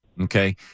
Okay